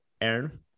Aaron